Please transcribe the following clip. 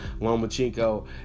Lomachenko